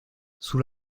sous